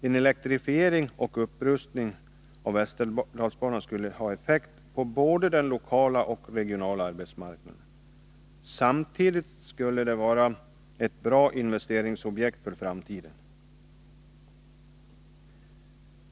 En elektrifiering och upprustning av västerdalsbanan skulle ha effekt på både den lokala och regionala arbetsmarknaden. Samtidigt skulle det vara ett bra investeringsobjekt för framtiden.